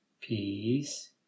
Peace